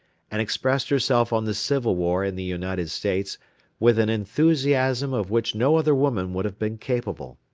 and expressed herself on the civil war in the united states with an enthusiasm of which no other woman would have been capable.